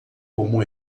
como